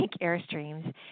Airstreams